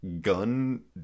gun